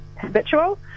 habitual